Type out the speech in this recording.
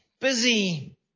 busy